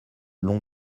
long